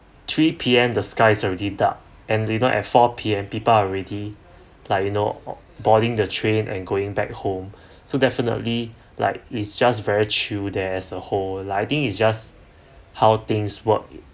three P_M the sky already dark and you know at four P_M people are already like you know or boarding the train and going back home so definitely like it's just very chill there as a whole I think it's just how things work